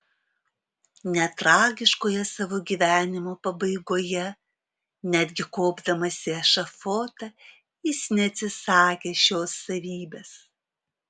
net tragiškoje savo gyvenimo pabaigoje netgi kopdamas į ešafotą jis neatsisakė šios savybės